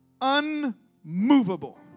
unmovable